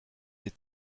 les